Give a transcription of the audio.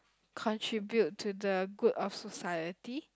contribute to the good of society